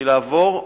היא לעבור,